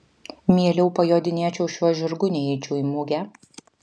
mieliau pajodinėčiau šiuo žirgu nei eičiau į mugę